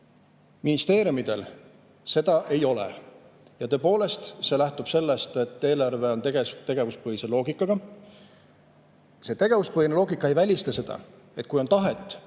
Ministeeriumidel seda ei ole. Tõepoolest, seal lähtutakse sellest, et eelarve on tegevuspõhise loogikaga. Tegevuspõhine loogika samas ei välista seda, et kui on tahet,